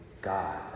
God